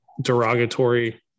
derogatory